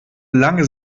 lange